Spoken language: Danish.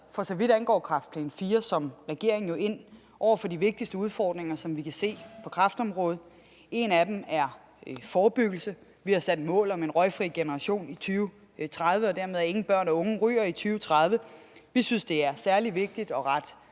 for så vidt angår Kræftplan IV, ind over for de vigtigste udfordringer, som vi kan se på kræftområdet. En af dem er forebyggelse. Vi har sat et mål om en røgfri generation i 2030 og dermed, at ingen børn og unge ryger i 2030. Vi synes, det er særlig vigtigt at rette